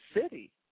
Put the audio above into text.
city